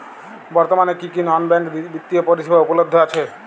বর্তমানে কী কী নন ব্যাঙ্ক বিত্তীয় পরিষেবা উপলব্ধ আছে?